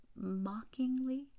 mockingly